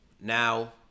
Now